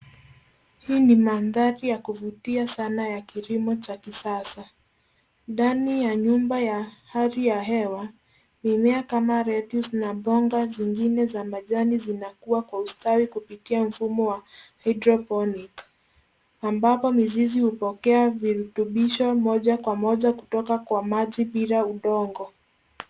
Hii ni mandhari ya kuvutia sana ya kilimo cha kisasa ndani ya nyumba ya hali ya hewa. Mimea kama letuce na mboga zingine za majani zinakua kwa ustawi kupitia mfumo wa hydroponic , ambapo mizizi hupokea virutubisho moja kwa moja kutoka kwa maji bila udongo.